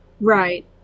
Right